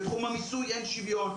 בתחום המיסוי אין שוויון,